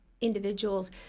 individuals